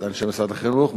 את אנשי משרד החינוך,